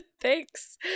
thanks